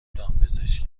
دامپزشک